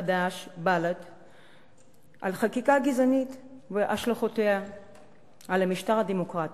חד"ש ובל"ד על חקיקה גזענית והשלכותיה על המשטר הדמוקרטי.